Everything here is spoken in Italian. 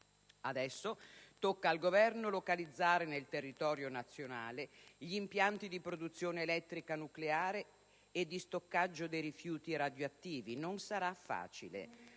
Adesso tocca al Governo localizzare nel territorio nazionale gli impianti di produzione elettrica nucleare e di stoccaggio dei rifiuti radioattivi; non sarà facile.